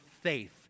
faith